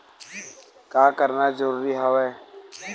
का करना जरूरी हवय?